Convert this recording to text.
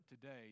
today